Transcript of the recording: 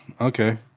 okay